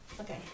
Okay